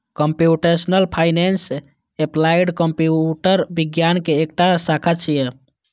computational finance applied computer विज्ञान के एकटा शाखा छियै